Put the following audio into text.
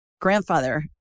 grandfather